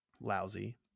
lousy